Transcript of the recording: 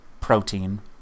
protein